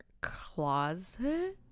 closet